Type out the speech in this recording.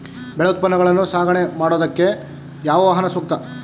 ಬೆಳೆ ಉತ್ಪನ್ನಗಳನ್ನು ಸಾಗಣೆ ಮಾಡೋದಕ್ಕೆ ಯಾವ ವಾಹನ ಸೂಕ್ತ?